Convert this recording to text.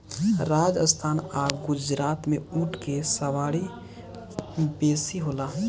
राजस्थान आ गुजरात में ऊँट के सवारी बेसी होला